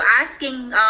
asking